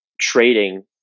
trading